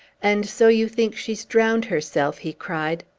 and so you think she's drowned herself? he cried.